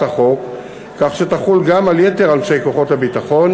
החוק כך שתחול גם על יתר אנשי כוחות הביטחון,